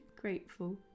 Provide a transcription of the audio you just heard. grateful